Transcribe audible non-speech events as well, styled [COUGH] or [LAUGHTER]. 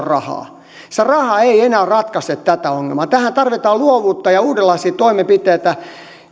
[UNINTELLIGIBLE] rahaa se raha ei enää ratkaise tätä ongelmaa tähän tarvitaan luovuutta ja uudenlaisia toimenpiteitä